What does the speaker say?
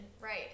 right